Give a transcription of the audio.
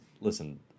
listen